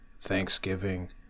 Thanksgiving